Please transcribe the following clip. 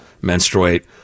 menstruate